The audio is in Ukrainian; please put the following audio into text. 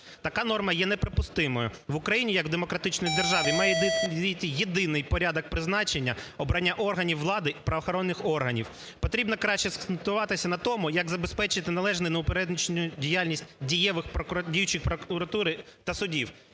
Така норма є неприпустимою. В Україні як в демократичній державі має діяти єдиний порядок призначення обрання органів влади, правоохоронних органів. Потрібно краще закцентуватися на тому, як забезпечити належну неупереджену діяльність діючих прокуратури та судів.